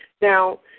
Now